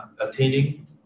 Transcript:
attaining